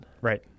right